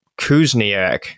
Kuzniak